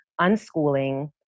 Unschooling